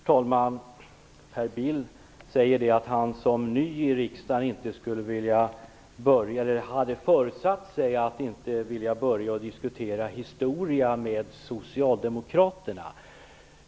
Herr talman! Per Bill säger att han som ny i riksdagen hade föresatt sig att inte diskutera historia med socialdemokraterna.